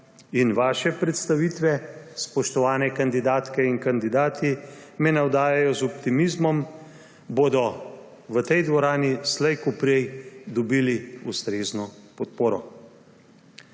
in vaše predstavitve, spoštovani kandidatke in kandidati, me navdajajo z optimizmom –, bodo v tej dvorani slejkoprej dobili ustrezno podporo.